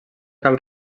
cal